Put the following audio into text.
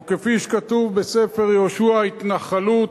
או כפי שכתוב בספר יהושע: התנחלות.